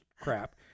crap